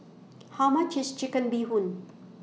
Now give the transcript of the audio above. How much IS Chicken Bee Hoon